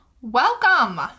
welcome